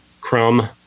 Crumb